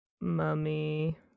mummy